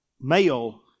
male